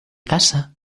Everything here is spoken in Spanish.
casa